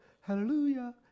Hallelujah